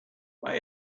may